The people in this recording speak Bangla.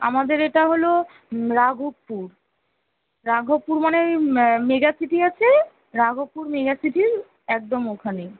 আমাদের এটা হলো রাঘবপুর রাঘপুর মানে ওই মেগা সিটি আছে রাঘবপুর মেগা সিটি একদম ওখানেই